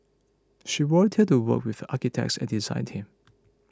she volunteered to work with architect and design team